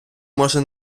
може